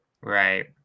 Right